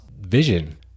vision